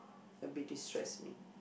it'll be destress me